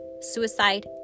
suicide